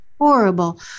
horrible